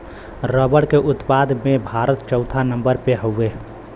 रबड़ के उत्पादन में भारत चउथा नंबर पे हउवे